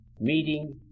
meeting